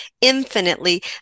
infinitely